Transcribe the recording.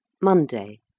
Monday